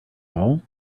all